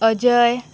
Ajay